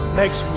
makes